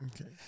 Okay